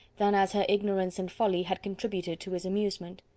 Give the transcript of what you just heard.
than as her ignorance and folly had contributed to his amusement.